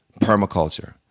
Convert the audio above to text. permaculture